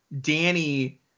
Danny